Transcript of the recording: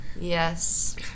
Yes